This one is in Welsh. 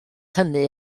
hynny